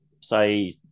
say –